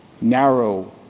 narrow